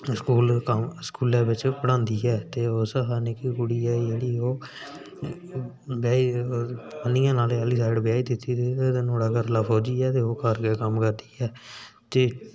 school कम्म स्कूलै बिच पढ़ांदी ऐ ते उस शा निक्की कुड़ी ऐ जेह्ड़ी ओह् ब्याही आह्नियै नाले आह्ली साईड ब्याही दित्ती ते नुहाड़ा घरै आह्ला फौजी ऐ ते ओह् घर गै कम्म करदी ऐ